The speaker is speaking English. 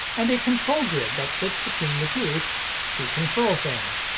and a control grid that sits between the two to control things.